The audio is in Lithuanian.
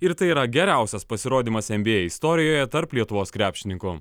ir tai yra geriausias pasirodymas en bė ei istorijoje tarp lietuvos krepšininkų